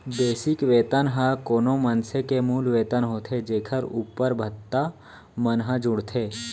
basic वेतन ह कोनो मनसे के मूल वेतन होथे जेखर उप्पर भत्ता मन ह जुड़थे